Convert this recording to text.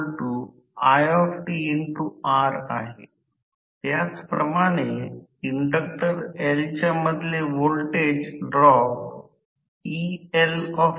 तर केवळ या संकल्पनेतून फक्त इंडक्शन मशीन च्या तत्त्वानुसार ते कसे फिरते ते पहा